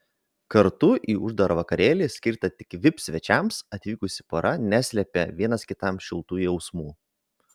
kartu į uždarą vakarėlį skirtą tik vip svečiams atvykusi pora neslėpė vienas kitam šiltų jausmų